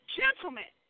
gentlemen